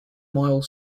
mile